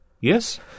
Yes